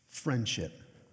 Friendship